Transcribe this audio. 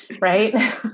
Right